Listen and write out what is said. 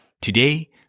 Today